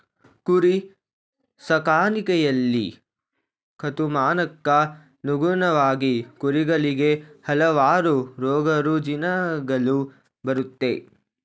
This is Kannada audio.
ಕುರಿ ಸಾಕಾಣಿಕೆಯಲ್ಲಿ ಋತುಮಾನಕ್ಕನುಗುಣವಾಗಿ ಕುರಿಗಳಿಗೆ ಹಲವಾರು ರೋಗರುಜಿನಗಳು ಬರುತ್ತೆ